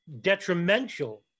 detrimental